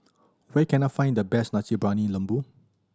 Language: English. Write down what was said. where can I find the best Nasi Briyani Lembu